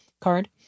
card